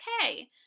Okay